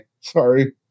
Sorry